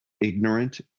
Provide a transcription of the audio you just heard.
ignorant